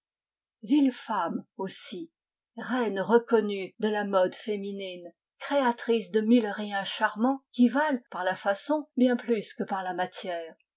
ville femme aussi reine reconnue de la mode féminine créatrice de mille riens charmants qui valent parla façon bien plus que par la matière